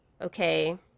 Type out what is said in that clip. Okay